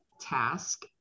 task